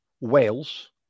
Wales